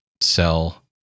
sell